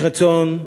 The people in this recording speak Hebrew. יש רצון,